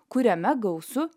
kuriame gausu